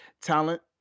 talent